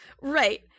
Right